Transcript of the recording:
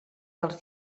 dels